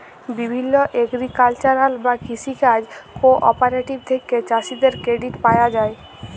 বিভিল্য এগ্রিকালচারাল বা কৃষি কাজ কোঅপারেটিভ থেক্যে চাষীদের ক্রেডিট পায়া যায়